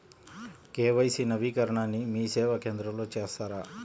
KYC నవీకరణని మీసేవా కేంద్రం లో చేస్తారా?